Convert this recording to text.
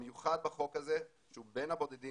המיוחד בחוק הזה הוא שהוא בין הבודדים